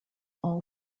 all